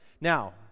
Now